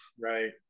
Right